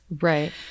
Right